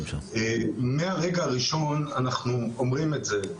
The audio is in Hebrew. מהרגע הראשון, אנחנו אומרים את זה,